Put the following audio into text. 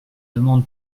demande